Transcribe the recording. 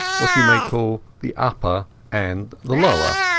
what you may call the upper and the lower.